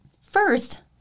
First